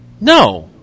no